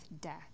death